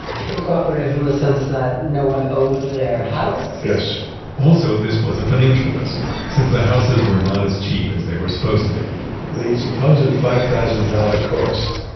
true cooperative is in the sense that no one owned their house? yes also, this was a financial risk. since the houses were not as cheap as they were supposed to be the supposed five thousand dollars cost,